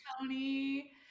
Tony